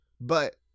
But-